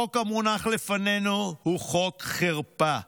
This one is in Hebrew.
החוק המונח לפנינו הוא חוק חרפה,